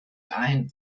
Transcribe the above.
ein